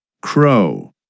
Crow